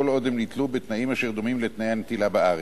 כל עוד הם ניטלו בתנאים אשר דומים לתנאי הנטילה בארץ.